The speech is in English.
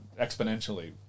exponentially